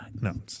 No